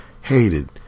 hated